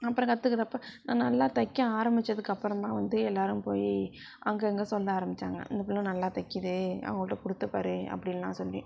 அப்புறம் கத்துக்கிறப்ப நான் நல்லா தைக்க ஆரம்பிச்சதுக்கு அப்புறம் தான் வந்து எல்லாரும் போய் அங்கங்க சொல்ல ஆரம்பிச்சாங்க இந்த பிள்ள நல்லா தைக்குது அவங்கள்ட கொடுத்து பாரு அப்படினுலாம் சொல்லி